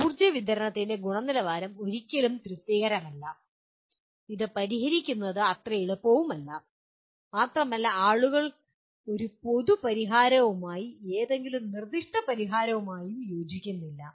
ഊർജ്ജ വിതരണത്തിന്റെ ഗുണനിലവാരം ഒരിക്കലും തൃപ്തികരമല്ല ഇത് പരിഹരിക്കുന്നത് വളരെ എളുപ്പമല്ല മാത്രമല്ല ആളുകൾ ഒരു പൊതു പരിഹാരവുമായി ഏതെങ്കിലും നിർദ്ദിഷ്ട പരിഹാരവുമായി യോജിക്കുന്നില്ല